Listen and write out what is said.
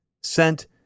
sent